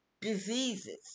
diseases